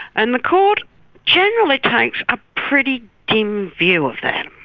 and the court generally takes a pretty dim view of that.